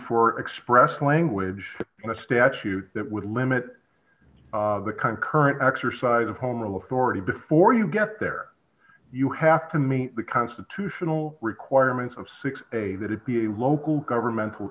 for express language in a statute that would limit the kind current exercise of homeless already before you get there you have to meet the constitutional requirements of six a that it be a local governmental